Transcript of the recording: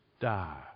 die